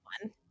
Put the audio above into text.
one